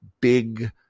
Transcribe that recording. big